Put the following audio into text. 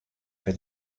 for